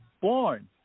born